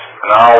Now